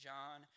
John